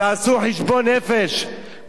תעשו חשבון נפש,